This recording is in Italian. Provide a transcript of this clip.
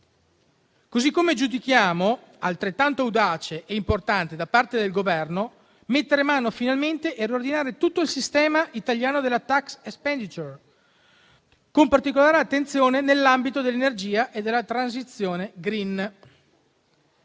pubbliche. Giudichiamo altrettanto audace e importante da parte del Governo mettere mano finalmente e riordinare tutto il sistema italiano delle *tax expenditure*, con particolare attenzione all'ambito dell'energia e della transizione *green*.